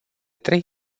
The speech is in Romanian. trei